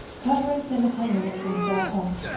cover and simmer ten minutes and serve hot.